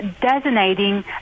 designating